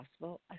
possible